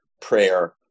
prayer